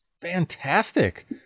Fantastic